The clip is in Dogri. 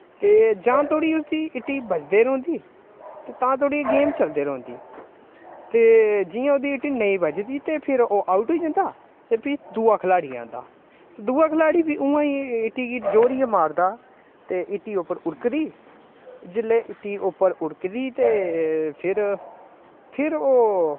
ते जां धोड़ी उसदी इट्टी बजदे रौंह्दी ते तां धोड़ी गेम चलदी रौंह्दी ते जि'यां ओह्दी इट्टी नेईं बजदी ते फिर ओह् आउट होई जंदा ते फ्ही दूआ खलाड़ी औंदा ते दूआ खलाड़ी बी उ'आं गै इट्टी गी जोरियै मारदा ते इट्टी उप्पर उड़कदी जिसलै इट्टी उप्पर उड़कदी ते फिर फिर ओह्